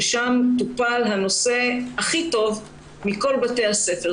ששם טופל הנושא הכי טוב מכל בתי הספר.